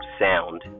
sound